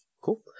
Cool